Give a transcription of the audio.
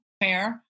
fair